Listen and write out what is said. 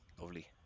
Lovely